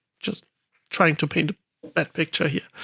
just trying to paint a better picture here.